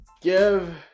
give